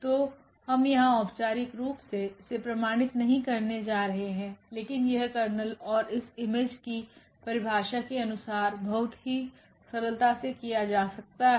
तो हम यहां औपचारिक रूप से इसे प्रमाणित नहीं करने जा रहे हैं लेकिन यह कर्नेल और इस इमेज की परिभाषा के अनुसार बहुत ही सरलता से किया जा सकता है